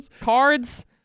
cards